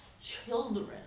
children